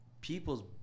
people's